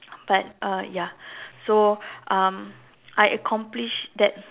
but uh ya so um I accomplished that